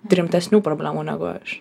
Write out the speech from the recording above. rimtesnių problemų negu aš